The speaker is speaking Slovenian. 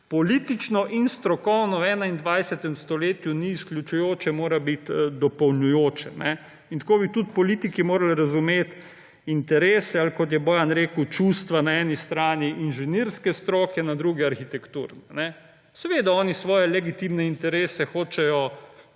Politično in strokovno v 21. stoletju ni izključujoče, mora biti dopolnjujoče. In tako bi tudi politiki morali razumeti interese ali, kot je Bojan rekel, čustva na eni strani inženirske stroke, na drugi arhitekturne. Seveda hočejo oni svoje legitimne interese